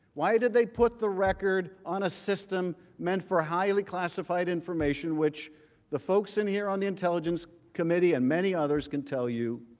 why did they put the record on a system meant for highly classified information which the folks and on the intelligence committee, and many others can tell you,